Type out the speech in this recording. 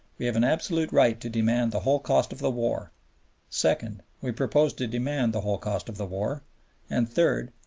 we have an absolute right to demand the whole cost of the war second, we propose to demand the whole cost of the war and third,